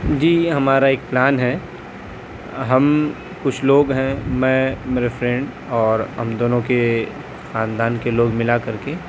جی یہ ہمارا ایک پلان ہے ہم کچھ لوگ ہیں میں میرے فرینڈ اور ہم دونوں کے خاندان کے لوگ ملا کر کے